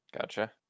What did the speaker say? gotcha